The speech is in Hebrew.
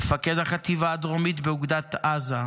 מפקד החטיבה הדרומית באוגדת עזה,